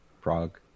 Prague